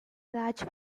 large